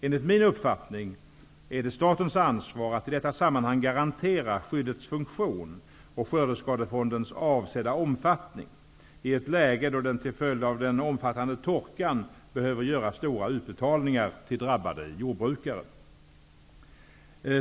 Enligt min uppfattning är det statens ansvar att i detta sammanhang garantera skyddets funktion och skördeskadefondens avsedda omfattning i ett läge då den till följd av den omfattande torkan behöver göra stora utbetalningar till drabbade jordbrukare.